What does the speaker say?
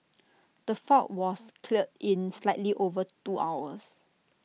the fault was cleared in slightly over two hours